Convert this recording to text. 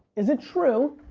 is it true